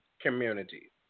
Community